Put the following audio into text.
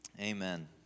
amen